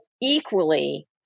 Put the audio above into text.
equally